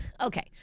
Okay